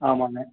ஆமாங்க